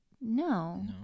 no